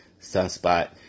Sunspot